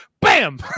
Bam